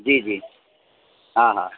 जी जी हा हा